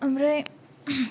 ओमफ्राय